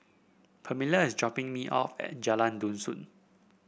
Permelia is dropping me off at Jalan Dusun